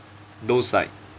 those like